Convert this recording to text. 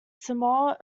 samoa